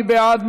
מי בעד?